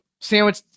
Sandwich